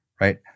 Right